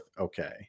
okay